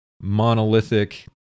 monolithic